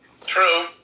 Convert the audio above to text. True